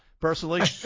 personally